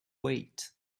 wait